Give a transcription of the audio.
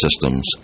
systems